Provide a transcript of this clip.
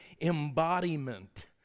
embodiment